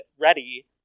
ready